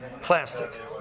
plastic